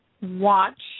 watch